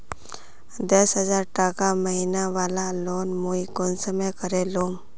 दस हजार टका महीना बला लोन मुई कुंसम करे लूम?